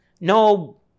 No